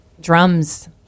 drums